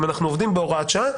אם אנחנו עובדים בהוראת שעה,